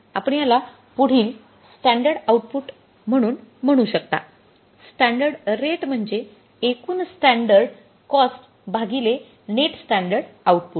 आपण याला पुढील स्टॅंडर्ड आउटपुट म्हणून म्हणू शकता स्टॅंडर्ड रेट म्हणजे एकूण स्टॅंडर्ड कॉस्ट भागिले नेट स्टॅंडर्ड आऊटपुट